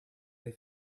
they